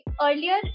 Earlier